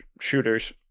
shooters